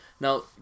Now